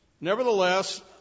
Nevertheless